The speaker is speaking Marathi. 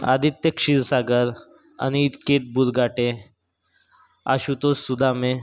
आदित्य क्षीरसागर अनिकेत बुजघाटे आशुतोष सुदामे